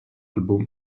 album